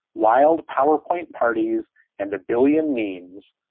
wild powerpoint parties and a billion meems.